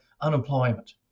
unemployment